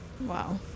Wow